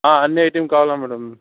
అన్ని ఐటమ్ కావాలి మేడమ్